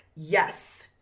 Yes